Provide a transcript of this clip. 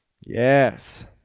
Yes